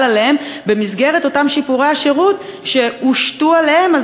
עליהם במסגרת אותם שיפורי השירות שהושתו עליהם.